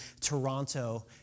Toronto